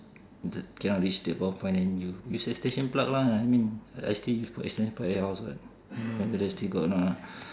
the cannot reach the power point then you use extension plug lah I mean I still use for extension plug else what I don't know still got or not ah